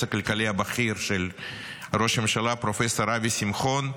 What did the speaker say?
הכלכלי הבכיר של ראש הממשלה פרופ' אבי שמחון,